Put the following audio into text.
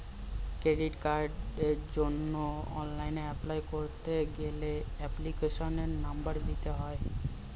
credit কার্ডের জন্য online apply করতে গেলে এপ্লিকেশনের নম্বর দিতে হয়